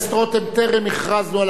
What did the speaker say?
אז אני מבקש עדיין לא להפריע.